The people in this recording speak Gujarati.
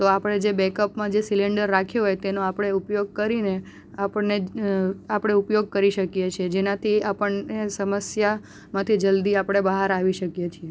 તો આપણે જે બેકઅપમાં જે સિલિન્ડર રાખ્યો હોય તેનો આપણે ઉપયોગ કરીને આપણને આપણે ઉપયોગ કરી શકીએ છીએ જેનાથી આપણને સમસ્યા માંથી જલ્દી આપણે બહાર આવી શકીએ છીએ